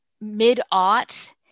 mid-aughts